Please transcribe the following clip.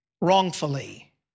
wrongfully